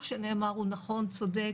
נכון, צודק,